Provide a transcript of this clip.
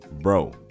Bro